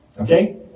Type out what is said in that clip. Okay